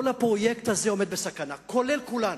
כל הפרויקט הזה עומד בסכנה, לרבות כולנו.